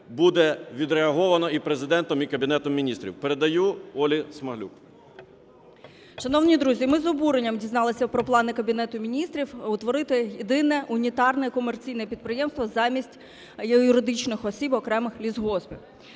буде відреаговано і Президентом, і Кабінетом Міністрів. Передаю Олі Смаглюк. 10:01:45 ВАСИЛЕВСЬКА-СМАГЛЮК О.М. Шановні друзі, ми з обуренням дізналися про плани Кабінету Міністрів утворити єдине унітарне комерційне підприємство замість юридичних осіб – окремих лісгоспів.